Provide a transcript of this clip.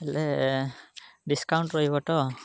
ହେଲେ ଡିସକାଉଣ୍ଟ୍ ରହିବ ତ